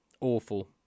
Awful